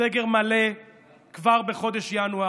סגר מלא כבר בחודש ינואר.